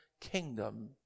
kingdom